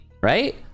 Right